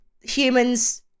humans